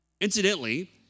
Incidentally